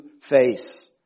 face